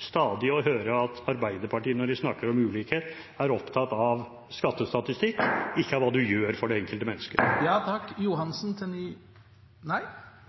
stadig å høre at Arbeiderpartiet når de snakker om ulikhet, er opptatt av skattestatistikk og ikke hva man gjør for det enkelte